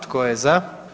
Tko je za?